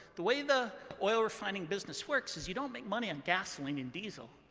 the way the oil-refining business works is you don't make money on gasoline and diesel.